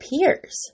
peers